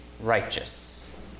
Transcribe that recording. righteous